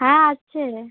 হ্যাঁ আসছে